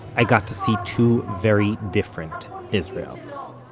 i got to see two very different israels.